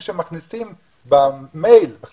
שכשמכניסים במייל את הבקשה,